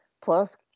plus